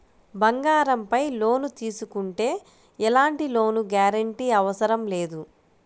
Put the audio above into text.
బంగారంపై లోను తీసుకుంటే ఎలాంటి లోను గ్యారంటీ అవసరం లేదు